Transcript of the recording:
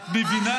את מבינה